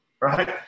right